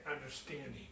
understanding